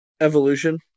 Evolution